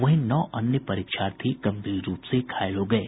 वहीं नौ अन्य परीक्षार्थी गंभीर रूप से घायल हो गये